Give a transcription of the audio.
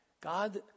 God